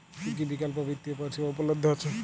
কী কী বিকল্প বিত্তীয় পরিষেবা উপলব্ধ আছে?